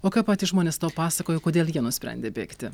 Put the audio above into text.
o ką patys žmonės tau pasakojo kodėl jie nusprendė bėgti